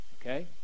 okay